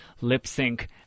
lip-sync